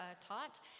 taught